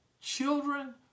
Children